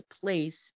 place